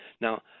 Now